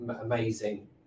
amazing